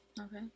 Okay